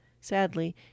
Sadly